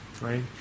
right